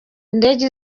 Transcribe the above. indege